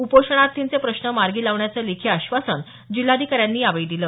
उपोषणार्थीचे प्रश्न मार्गी लावण्याचं लेखी आश्वासन जिल्हाधिकाऱ्यांनी यावेळी दिलं